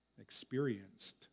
experienced